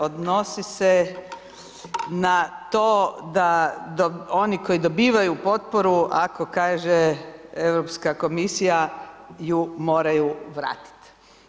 Odnosi se na to da oni koji dobivaju potporu ako kaže Europska komisija ju moraju vratiti.